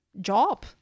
job